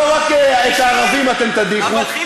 לא רק את הערבים אתם תדיחו,